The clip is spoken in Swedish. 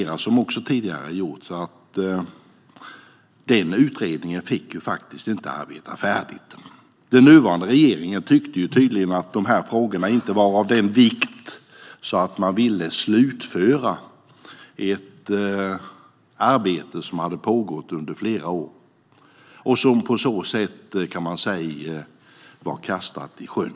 Den utredningen fick faktiskt inte arbeta färdigt. Den nuvarande regeringen tyckte tydligen att dessa frågor inte var av den vikten att man ville slutföra ett arbete som pågått under flera år. På så sätt blev det, kan man säga, kastat i sjön.